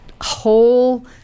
whole